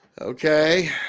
Okay